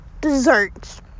desserts